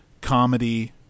comedy